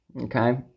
okay